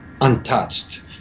untouched